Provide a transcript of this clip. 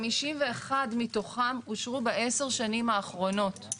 51 מתוכם אושרו בעשר השנים האחרונות.